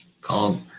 called